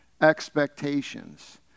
expectations